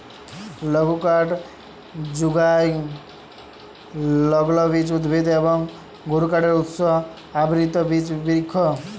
লঘুকাঠ যুগায় লগ্লবীজ উদ্ভিদ এবং গুরুকাঠের উৎস আবৃত বিচ বিরিক্ষ